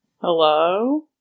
Hello